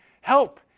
help